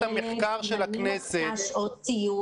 מחלקת המחקר של הכנסת -- אם אני מקצה שעות סיוע,